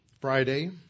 Friday